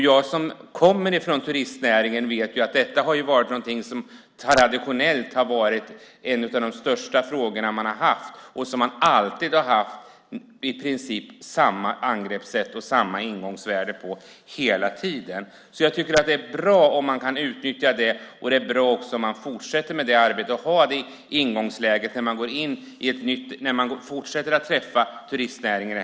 Jag som kommer från turistnäringen vet att detta traditionellt har varit en av de största frågorna, och man har i princip haft samma angreppssätt och samma ingångsvärden hela tiden. Jag tycker att det är bra om man kan utnyttja detta och om man fortsätter med det här arbetet och har detta ingångsläge när man fortsätter att träffa turistnäringen.